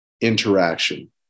interaction